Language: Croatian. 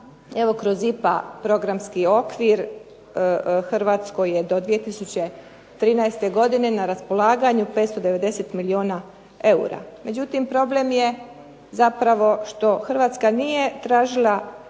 kroz IPA programski okvir Hrvatskoj je do 2013. godine na raspolaganju 590 milijuna eura. Međutim, problem je što Hrvatska nije tražila